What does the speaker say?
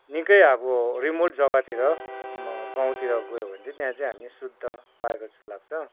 निकै अब रिमोट जग्गातिर गाउँतिर गयो भने त्यहाँ चाहिँ हामी शुद्ध पाएको जस्तो लाग्छ